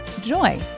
joy